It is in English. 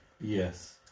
Yes